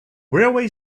railway